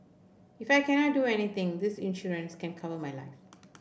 if I cannot do anything this insurance can cover my life